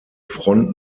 front